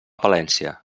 valència